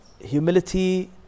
humility